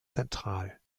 zentral